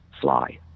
fly